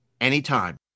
anytime